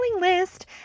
list